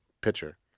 pitcher